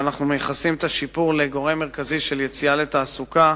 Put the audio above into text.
אנחנו מייחסים את השיפור לגורם מרכזי של יציאה לעבודה,